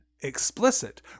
explicit